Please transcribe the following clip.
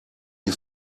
die